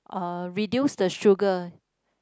uh reduce the sugar